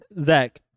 Zach